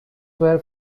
were